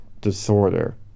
Disorder